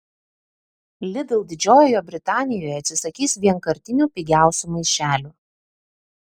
lidl didžiojoje britanijoje atsisakys vienkartinių pigiausių maišelių